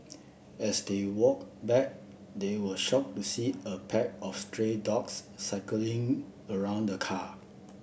as they walked back they were shocked to see a pack of stray dogs circling around the car